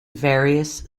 various